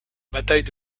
bataille